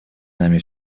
нами